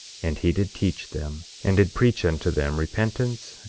and he did teach them, and did preach unto them repentance,